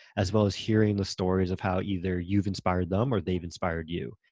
as well as hearing the stories of how either you've inspired them or they've inspired you.